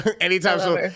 Anytime